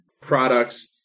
products